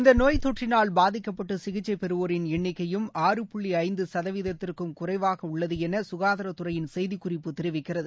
இந்தநோய் தொற்றினால் பாதிக்கப்பட்டுசிகிச்சைபெறுவோரின் எண்ணிக்கையும் ஆற புள்ளிஐந்துசதவீதத்திற்கும் குறைவாகஉள்ளதுககாதாரத்துறையின் செய்திக்குறிப்பு தெரிவிக்கிறது